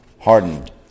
hardened